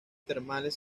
termales